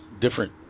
different